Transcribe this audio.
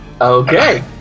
Okay